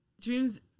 Dreams